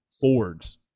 Fords